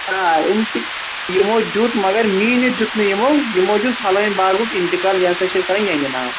آ اِنتہِ یمو دیُت مگر میٖنتھ دیُت نہٕ یمو یمو دیُت فلحٲنۍ باغُک انتقال یہِ ہسا چھِ أسۍ کران یہندِ ناوٕ